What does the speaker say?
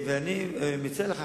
אני מציע לך,